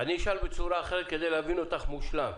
אני אשאל בצורה אחרת כדי להבין אותך באופן מושלם.